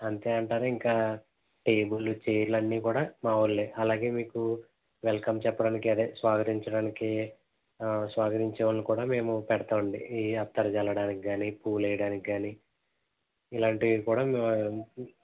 అంతే అంటారా ఇంకా టేబుల్లు ఛైర్లు అన్ని కూడా మావాళ్ళే అలాగే మీకు వెల్కమ్ చెప్పడానికి అదే స్వాగతించడానికి స్వాగతించే వాళ్ళను కూడా పెడతాము అండి ఈ అత్తర్ జల్లడానికి గానీ పూలు వేయడానికి గానీ ఇలాంటివి కూడా మేము